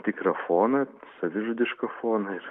tikrą foną savižudišką foną ir